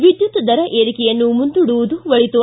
ವಿದ್ಯುತ್ ದರ ಏರಿಕೆಯನ್ನು ಮುಂದೂಡುವುದು ಒಳಿತು